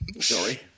sorry